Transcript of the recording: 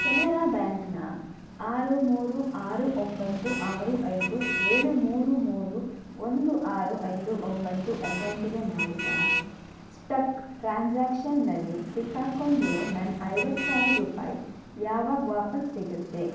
ಕೆನರಾ ಬ್ಯಾಂಕ್ನ ಆರು ಮೂರು ಆರು ಒಂಬತ್ತು ಆರು ಐದು ಏಳು ಮೂರು ಮೂರು ಒಂದು ಆರು ಐದು ಒಂಬತ್ತು ಅಕೌಂಟಿಗೆ ಮಾಡಿದ ಸ್ಟಕ್ ಟ್ರಾನ್ಸಾಕ್ಷನ್ನಲ್ಲಿ ಸಿಕ್ಕಾಕೊಂಡಿರೊ ನನ್ನ ಐವತ್ತು ಸಾವಿರ ರೂಪಾಯಿ ಯಾವಾಗ ವಾಪಸ್ಸು ಸಿಗುತ್ತೆ